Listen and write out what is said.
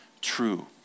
true